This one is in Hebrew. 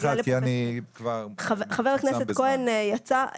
חבר הכנסת כהן יצא,